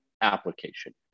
application